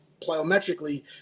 plyometrically